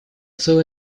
целый